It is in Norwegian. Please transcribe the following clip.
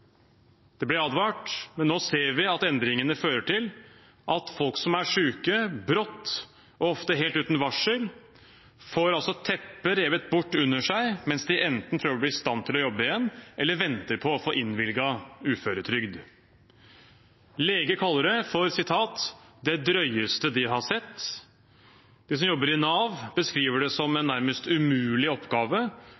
Det ble advart, men nå ser vi at endringene fører til at folk som er syke, brått – ofte helt uten varsel – får teppet revet bort under seg mens de enten prøver å bli i stand til å jobbe igjen, eller venter på å få innvilget uføretrygd. Leger kaller det «det drøyeste» de har sett. De som jobber i Nav, beskriver det som en